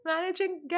managing